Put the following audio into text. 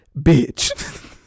Bitch